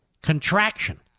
contraction